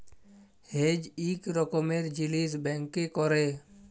hedge ইক রকমের জিলিস ব্যাংকে ক্যরে